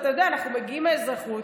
אתה יודע, אנחנו מגיעים מהאזרחות.